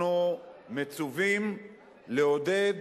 אנחנו מצווים לעודד